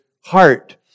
heart